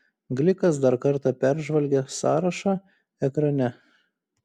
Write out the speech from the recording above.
glikas dar kartą peržvelgė sąrašą ekrane